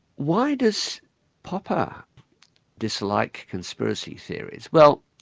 why does popper dislike conspiracy theories? well,